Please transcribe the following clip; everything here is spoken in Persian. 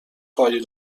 کاری